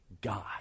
God